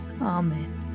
Amen